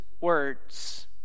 words